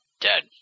Dead